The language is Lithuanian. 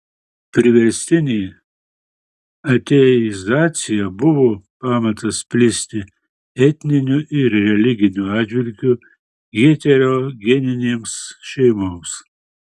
priverstinė ateizacija buvo pamatas plisti etniniu ir religiniu atžvilgiu heterogeninėms šeimoms